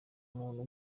umuntu